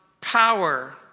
power